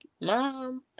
Mom